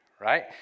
right